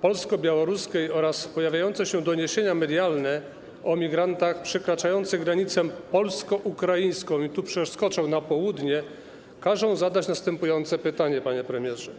polsko-białoruskiej oraz pojawiające się doniesienia medialne o migrantach przekraczających granicę polsko-ukraińską - i tu przeskoczę na południe - każą zadać następujące pytanie, panie premierze: